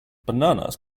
bananas